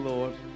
Lord